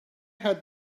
had